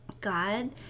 god